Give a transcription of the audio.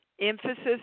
emphasis